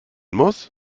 muss